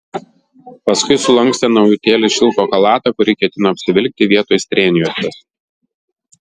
paskui sulankstė naujutėlį šilko chalatą kurį ketino apsivilkti vietoj strėnjuostės